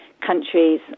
countries